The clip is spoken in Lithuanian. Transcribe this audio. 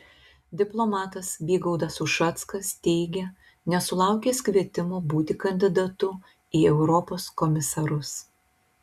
diplomatas vygaudas ušackas teigia nesulaukęs kvietimo būti kandidatu į europos komisarus